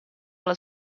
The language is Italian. alla